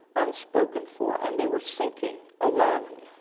unspoken for, and they were sinking, alone.